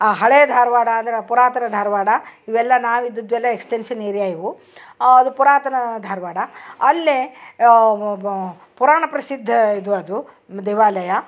ಆ ಹಳೆ ಧಾರವಾಡ ಅಂದ್ರ ಪುರಾತನ ಧಾರವಾಡ ಇವೆಲ್ಲ ನಾವು ಇದ್ದುದ್ದು ಎಲ್ಲ ಎಕ್ಸ್ಟೆನ್ಶನ್ ಏರ್ಯಾ ಇವು ಅದು ಪುರಾತನ ಧಾರವಾಡ ಅಲ್ಲೆ ಬ ಪುರಾಣ ಪ್ರಸಿದ್ಧ ಇದು ಅದು ದೇವಾಲಯ